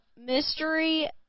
mystery